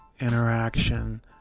interaction